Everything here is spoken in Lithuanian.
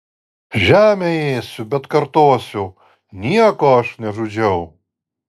žemę ėsiu bet kartosiu nieko aš nežudžiau